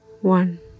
one